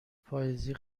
پاییزی